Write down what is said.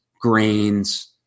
grains